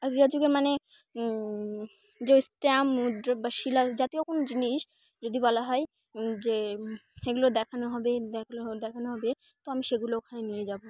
আগে আজুকের মানে যে স্ট্যাম্প মুদ্র বা শিলা জাতীয় কোনো জিনিস যদি বলা হয় যে এগুলো দেখানো হবে দেখো দেখানো হবে তো আমি সেগুলো ওখানে নিয়ে যাবো